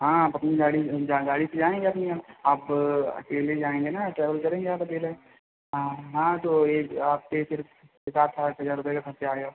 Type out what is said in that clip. हाँ आप अपनी गाड़ी गाड़ी से जाएँगे अपनी आप आप अकेले जाएँगे ना ट्रैवल करेंगे आप अकेले हाँ हाँ तो यह आपके सिर्फ छः सात आठ हज़ार रुपये का ख़र्चा आएगा